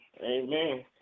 Amen